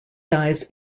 dies